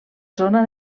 zona